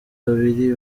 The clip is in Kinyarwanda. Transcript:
babiri